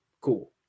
Cool